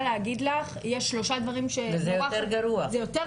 להגיד לך 'יש שלושה דברים ---' וזה יותר גרוע.